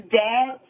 dad